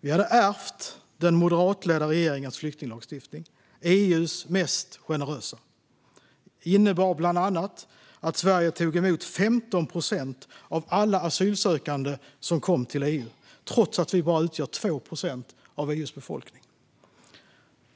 Vi hade ärvt den moderatledda regeringens flyktinglagstiftning, EU:s mest generösa. Det innebar bland annat att Sverige tog emot 15 procent av alla asylsökande som kom till EU trots att vi bara utgör 2 procent av EU:s befolkning.